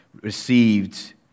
received